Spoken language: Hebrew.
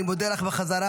אני מודה לך בחזרה.